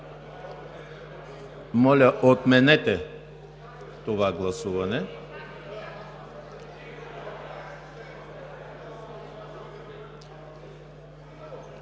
Моля, отменете това гласуване.